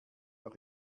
auch